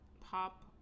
Pop